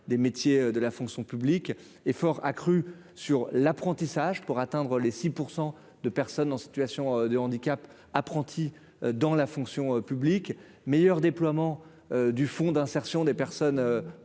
des métiers de la fonction publique effort accru sur l'apprentissage pour atteindre les 6 % de personnes en situation de handicap apprentis dans la fonction publique, meilleur déploiement du Fonds d'insertion des personnes